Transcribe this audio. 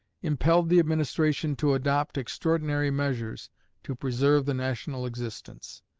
impelled the administration to adopt extraordinary measures to preserve the national existence.